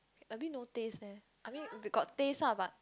a bit no taste leh I mean got taste lah but